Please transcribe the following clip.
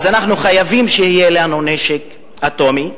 אז אנחנו חייבים שיהיה לנו נשק אטומי,